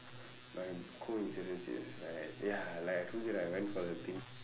my coincidence is right ya like I told you right I went for the thing